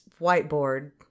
whiteboard